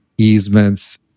easements